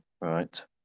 right